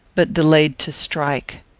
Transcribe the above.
but delayed to strike.